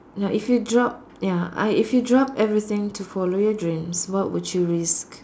ya if you drop ya I if you drop everything to follow your dreams what would you risk